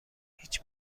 هیچ